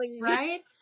right